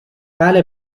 بله